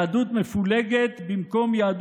במקומות